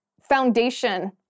foundation